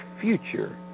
future